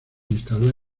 instaló